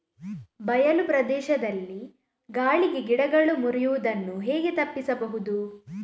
ಬಯಲು ಪ್ರದೇಶದಲ್ಲಿ ಗಾಳಿಗೆ ಗಿಡಗಳು ಮುರಿಯುದನ್ನು ಹೇಗೆ ತಪ್ಪಿಸಬಹುದು?